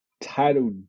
title